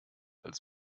als